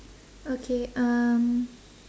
okay um